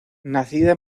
nacida